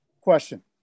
Question